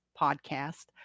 podcast